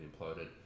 imploded